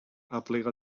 aplega